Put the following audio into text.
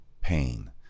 pain